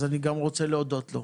אז אני גם רוצה להודות לו.